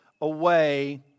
away